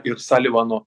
ir salivano